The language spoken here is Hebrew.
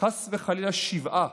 חס וחלילה שבעה